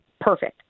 perfect